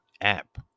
app